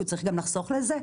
והוא יצטרך גם לחסוך לזה,